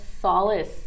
solace